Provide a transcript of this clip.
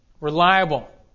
reliable